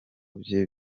bye